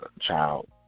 child